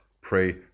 pray